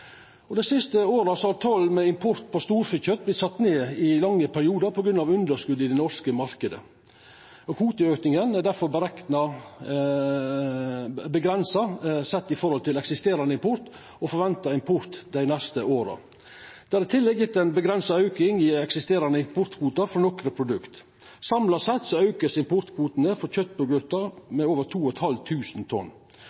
Dei siste åra er toll på import av storfekjøt sett ned i lange periodar på grunn av underskot i den norske marknaden. Kvoteauken er difor avgrensa samanlikna med eksisterande import og forventa import dei neste åra. Det er i tillegg gjeve ein avgrensa auke i eksisterande importkvotar for nokre produkt. Samla sett vert importkvotane for kjøtprodukt auka med over 2 500 tonn. Auken i kvotar for